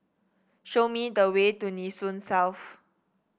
show me the way to Nee Soon South